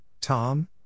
Tom